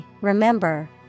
remember